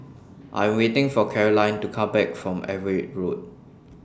I Am waiting For Carolyne to Come Back from Everitt Road